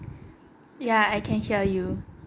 yeah I can hear you